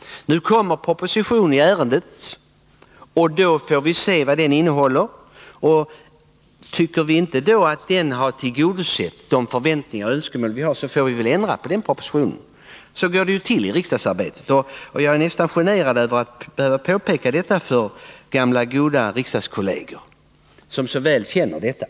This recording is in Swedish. En proposition i ärendet kommer snart. Då får vi se vad den innehåller. Om vi då tycker att den inte har tillgodosett de förväntningar och önskemål som vi har, får vi ändra på propositionen. Så går det ju till i riksdagsarbetet. Jag är nästan generad över att behöva påpeka detta för gamla goda riksdagskolleger, som så väl känner till det.